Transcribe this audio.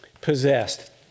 possessed